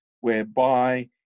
whereby